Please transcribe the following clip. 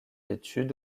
études